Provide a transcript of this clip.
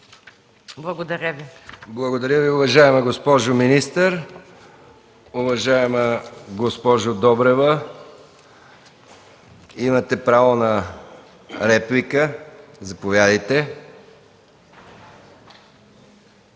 МИХАИЛ МИКОВ: Благодаря Ви, уважаема госпожо министър. Уважаема госпожо Добрева, имате право на реплика. Заповядайте,